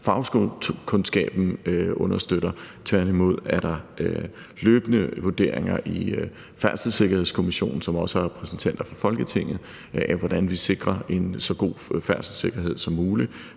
fagkundskaben understøtter. Tværtimod er der løbende vurderinger i Færdselssikkerhedskommissionen, som også har repræsentanter for Folketinget, af, hvordan vi sikrer en så god færdselssikkerhed som muligt,